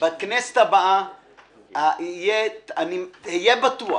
בכנסת הבאה תהיה בטוח